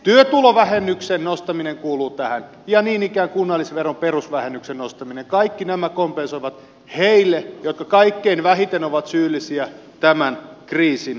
työtulovähennyksen nostaminen kuuluu tähän ja niin ikään kunnallisveron perusvähennyksen nostaminen kaikki nämä kompensoivat heille jotka kaikkein vähiten ovat syyllisiä tämän kriisin syntymiseen